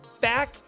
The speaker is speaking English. back